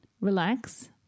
relax